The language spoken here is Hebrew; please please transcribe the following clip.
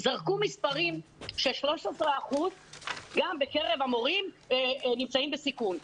זרקו מספרים, ש-13% מקרב המורים נמצאים בסיכון.